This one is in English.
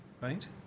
right